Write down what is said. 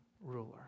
ruler